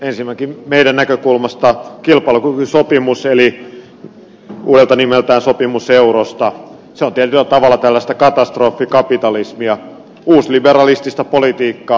ensinnäkin meidän näkökulmastamme kilpailukykysopimus eli uudelta nimeltään sopimus eurosta on tietyllä tavalla tällaista katastrofikapitalismia uusliberalistista politiikkaa